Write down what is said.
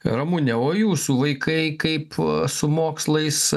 ramune o jūsų vaikai kaip su mokslais